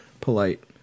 Polite